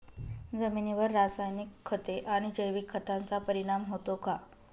जमिनीवर रासायनिक खते आणि जैविक खतांचा परिणाम होतो का?